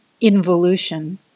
involution